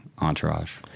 entourage